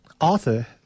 Arthur